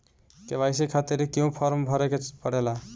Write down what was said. KYC खातिर क्यूं form भरे के पड़ेला?